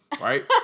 right